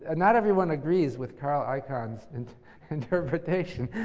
and not everyone agrees with carl icahn's and interpretation.